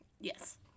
Yes